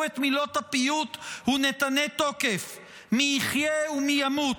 את מילות הפיוט "ונתנה תוקף": "מי יחיה ומי ימות,